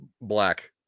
Black